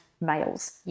males